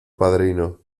padrino